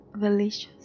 delicious